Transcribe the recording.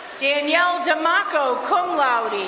danielle demarco, cum laude.